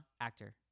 Actor